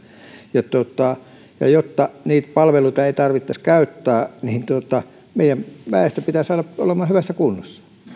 jotta niitä palveluita ei tarvitsisi käyttää niin meidän väestömme pitää saada olemaan hyvässä